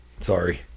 Sorry